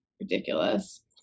Ridiculous